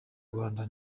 rwanda